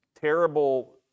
terrible